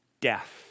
death